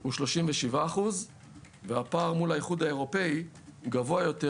הוא 37%; והפער מול האיחוד האירופי גבוה יותר,